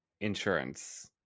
insurance